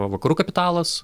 o vakarų kapitalas